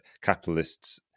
capitalists